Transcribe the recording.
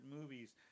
movies